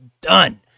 done